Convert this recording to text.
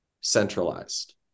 centralized